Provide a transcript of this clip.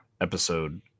episode